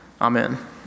amen